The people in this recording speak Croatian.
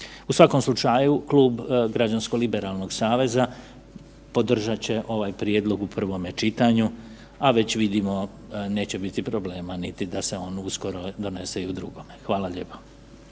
U svakom slučaju klub građansko liberalnog saveza podržat će ovaj prijedlog u prvome čitanju, a već vidimo da neće biti problema niti da se on uskoro donese i u drugome. Hvala lijepa.